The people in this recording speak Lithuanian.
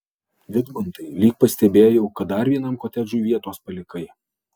vidmantai lyg pastebėjau kad dar vienam kotedžui vietos palikai